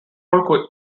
all